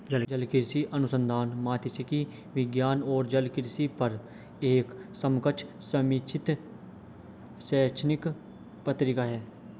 जलकृषि अनुसंधान मात्स्यिकी विज्ञान और जलकृषि पर एक समकक्ष समीक्षित शैक्षणिक पत्रिका है